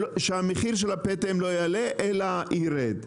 שהמחיר של הפטם לא יעלה אלא ירד.